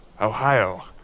Ohio